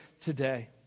today